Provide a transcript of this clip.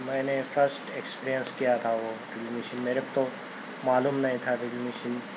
میں نے first experience کیا تھا وہ ڈرل مشین میرے تو معلوم نہیں تھا ڈرل مشین